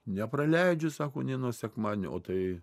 nepraleidžiu sako nė no sekmadienio o tai